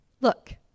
Look